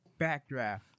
backdraft